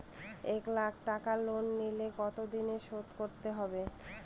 এক লাখ টাকা লোন নিলে কতদিনে শোধ করতে হবে?